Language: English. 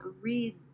read